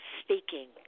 speaking